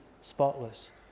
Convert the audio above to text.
spotless